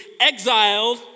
exiled